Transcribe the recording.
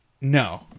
No